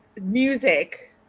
Music